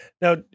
Now